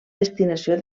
destinació